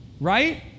right